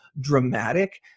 dramatic